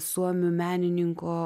suomių menininko